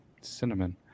Cinnamon